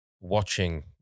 watching